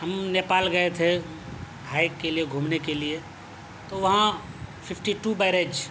ہم نیپال گئے تھے ہائک کے لیے گھومنے کے لیے تو وہاں ففٹی ٹو بیرج